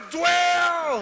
dwell